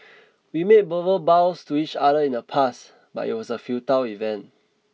we made verbal vows to each other in the past but it was a futile event